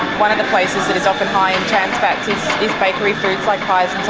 one of the places that is often high in trans fats is bakery foods like pies